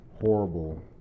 horrible